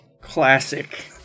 Classic